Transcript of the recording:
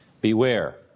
Beware